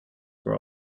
were